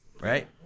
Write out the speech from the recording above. Right